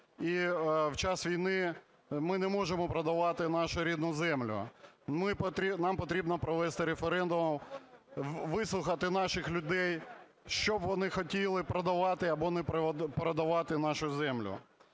І в час війни ми не можемо продавати нашу рідну землю. Нам потрібно провести референдум, вислухати наших людей, що б вони хотіли, продавати або не продавати нашу землю.